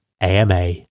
AMA